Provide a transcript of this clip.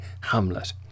Hamlet